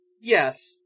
Yes